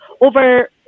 over